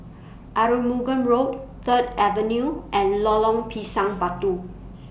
Arumugam Road Third Avenue and Lorong Pisang Batu